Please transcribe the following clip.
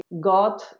God